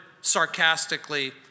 sarcastically